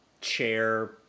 chair